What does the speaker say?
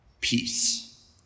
peace